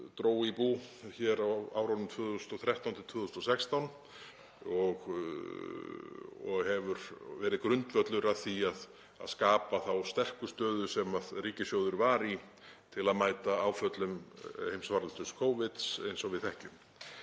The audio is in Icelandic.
dró í bú hér á árunum 2013–2016 og hefur verið grundvöllur að því að skapa þá sterku stöðu sem ríkissjóður var í til að mæta áföllum Covid-heimsfaraldursins eins og við þekkjum.